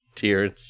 Tears